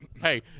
hey